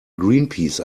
greenpeace